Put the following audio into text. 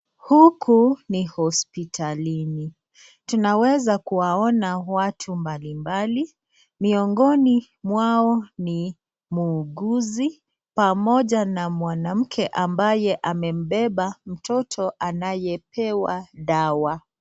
Huku ni hospitalini. Tunaweza kuwaona watu mbalimbali, miongoni mwao ni mwuguzi pamoja na mwanamke ambaye amembeba mtoto anayepewa dawa.